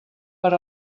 per